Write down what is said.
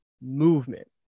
movement